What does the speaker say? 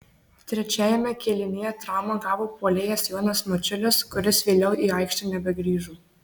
trečiajame kėlinyje traumą gavo puolėjas jonas mačiulis kuris vėliau į aikštę nebegrįžo